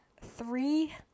three